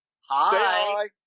Hi